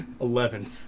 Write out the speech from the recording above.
Eleven